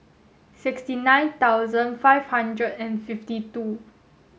sixty nine thousand five hundred and fifty two